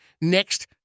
Next